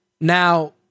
Now